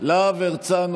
חבר הכנסת להב הרצנו,